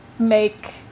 make